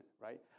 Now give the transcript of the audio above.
right